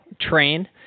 train